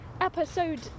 episode